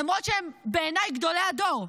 למרות שהם בעיניי גדולי הדור.